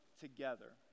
together